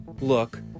look